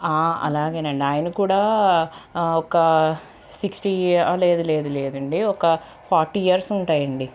అలాగేనండి ఆయనకూడా ఒక సిక్స్టీ ఇవ్వలేదు లేదు లేదండి ఒక ఫార్టీ ఇయర్స్ ఉంటాయండి